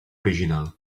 original